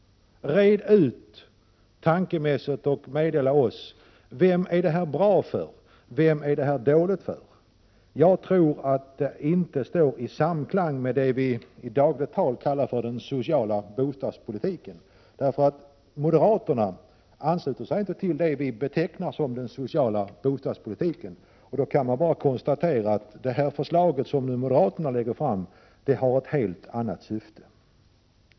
Red ut det tankemässigt och meddela oss vem det är bra för och vem det är dåligt för! Jag tror inte att det står i samklang med det som i dagligt tal kallas den sociala bostadspolitiken. Moderaterna ansluter sig inte till det som vi andra betecknar som social bostadspolitik. Jag konstaterar alltså att det förslag som moderaterna lägger fram har ett helt annat syfte.